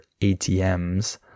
ATMs